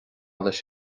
leis